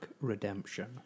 Redemption